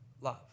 love